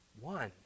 one